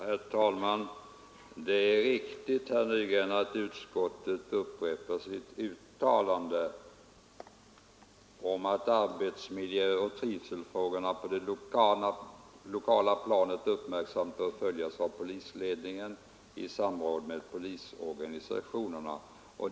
Herr talman! Det är riktigt, herr Nygren, att utskottet upprepar sitt uttalande om att arbetsmiljöoch trivselfrågorna på det lokala planet uppmärksamt bör följas av polisledningen i samråd med polisorganisationerna.